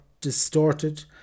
distorted